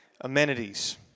amenities